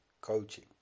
coaching